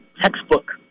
textbook